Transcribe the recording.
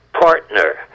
partner